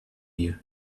you